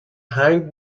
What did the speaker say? هنگ